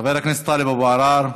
חבר הכנסת טלב אבו עראר,